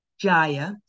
Jaya